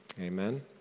Amen